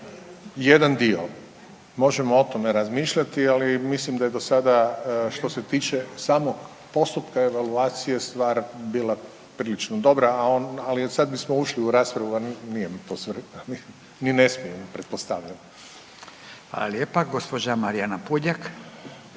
jedan dio. Možemo o tome razmišljati, ali mislim da je do sada što se tiče samog postupka evaluacije stvar bila prilično dobra, ali sad bismo ušli u raspravu, a nije mi to svrha. Ni ne smijem pretpostavljam. **Radin, Furio